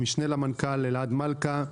המשנה למנכ"ל אלעד מלכא,